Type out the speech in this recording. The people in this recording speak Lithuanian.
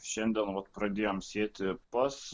šiandien vat pradėjom sėti pas